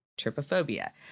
Trypophobia